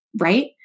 right